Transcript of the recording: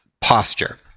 posture